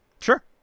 Sure